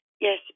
Yes